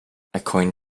according